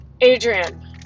Adrian